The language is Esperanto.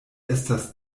estas